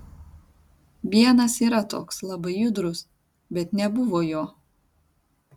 vienas yra toks labai judrus bet nebuvo jo